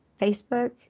Facebook